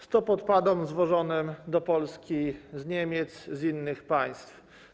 Stop odpadom zwożonym do Polski z Niemiec, z innych państw.